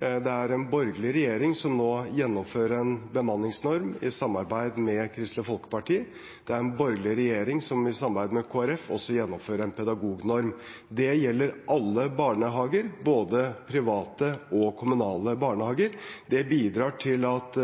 Det er en borgerlig regjering som nå gjennomfører en bemanningsnorm, i samarbeid med Kristelig Folkeparti. Det er en borgerlig regjering som i samarbeid med Kristelig Folkeparti også gjennomfører en pedagognorm. Det gjelder alle barnehager, både private og kommunale. Det bidrar til at